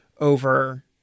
over